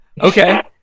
Okay